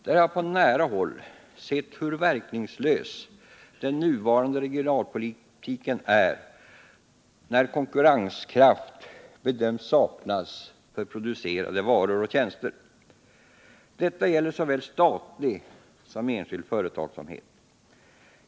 Där har jag på nära håll sett hur verkningslös den nuvarande regionalpolitiken är när konkurrenskraft bedöms saknas för producerade varor och tjänster. Detta gäller såväl statlig som enskild företagsamhet.